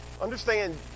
understand